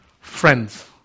friends